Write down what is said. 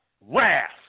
Wrath